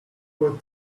what